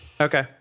Okay